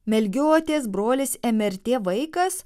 melgiotės brolis mrt vaikas